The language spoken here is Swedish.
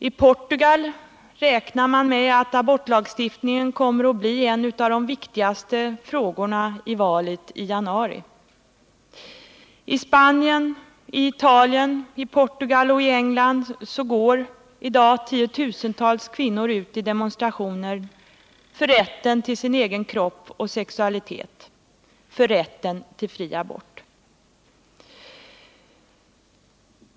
I Portugal räknar man med att abortlagstiftningen kommer att bli en av de viktigaste frågorna i valet i januari. I Spanien, i Portugal, i Italien och i England går i dag tiotusentals kvinnor ut i demonstrationer för rätten till sin egen kropp och sexualitet, för rätten till fri abort.